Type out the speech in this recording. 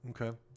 Okay